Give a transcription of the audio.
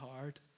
hard